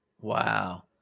Wow